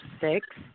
six